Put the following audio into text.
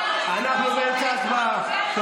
אנחנו באמצע הצבעה.